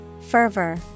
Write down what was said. Fervor